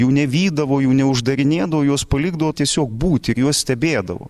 jų nevydavo jų neuždarinėdavo juos palikdavo tiesiog būti ir juos stebėdavo